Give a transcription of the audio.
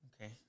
Okay